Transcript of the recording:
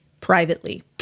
privately